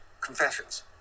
Confessions